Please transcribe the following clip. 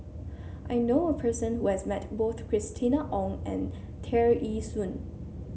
I knew a person who has met both Christina Ong and Tear Ee Soon